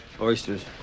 Oysters